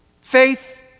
Faith